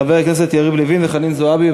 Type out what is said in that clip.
חברי הכנסת יריב לוין וחנין זועבי.